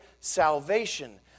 salvation